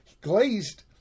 Glazed